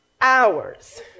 hours